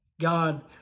God